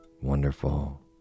wonderful